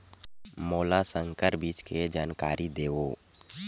मोला संकर बीज के जानकारी देवो?